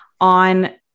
on